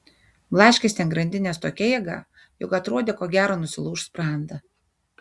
blaškėsi ant grandinės tokia jėga jog atrodė ko gero nusilauš sprandą